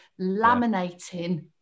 laminating